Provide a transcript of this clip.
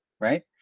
right